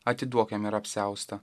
atiduok jam ir apsiaustą